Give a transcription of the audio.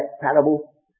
parable